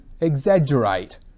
exaggerate